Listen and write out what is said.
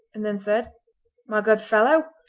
and then said my good fellow,